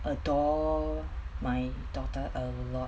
adore my daughter a lot